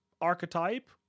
archetype